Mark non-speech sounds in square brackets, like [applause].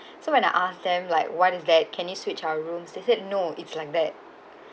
[breath] so when I ask them like what is that can you switch our room they said no it's like that [breath]